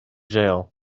jail